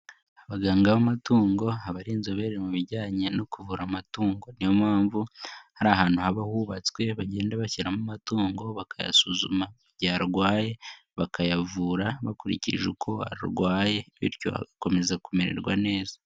Abaganga b'amatungo aba ari inzobere mu bijyanye no kuvura amatungo niyo mpamvu harahantu haba hubatswe bajyenda bashyiramo amatungo bakayasuzuma mu gihe arwaye bakayavura bakurikije uko arwaye bityo agakomeza kumererwa neza.